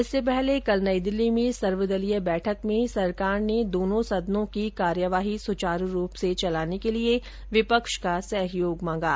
इससे पहले कल नई दिल्ली में सर्वदलीय बैठक में सरकार ने दोनों सदनों की कार्यवाही सुचारू रूप से चलाने के लिए विपक्ष का सहयोग मांगा